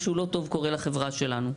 משהו לא טוב קורה לחברה שלנו.